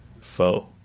foe